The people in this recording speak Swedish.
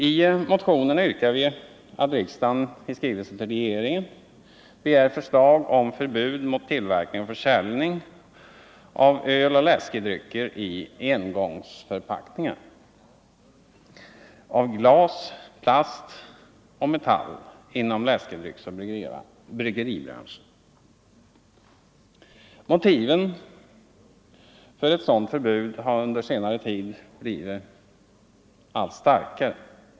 I motionen yrkar vi att riksdagen i skrivelse till regeringen skall begära förslag om förbud mot tillverkning och försäljning av öl och läskedrycker i engångsförpackningar av glas, plast och metall inom läskedrycksoch bryggeribranschen. Motiven för ett sådant förbud har under senare tid blivit allt starkare.